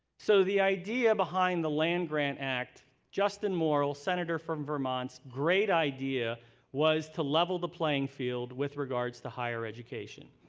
so, the idea behind the land-grant act, justin morrill, senator from vermont, great idea was to level the playing field with regards to higher education.